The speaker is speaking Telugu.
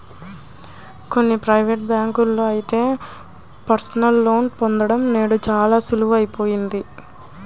కొన్ని ప్రైవేటు బ్యాంకుల్లో అయితే పర్సనల్ లోన్ పొందడం నేడు చాలా సులువయిపోయింది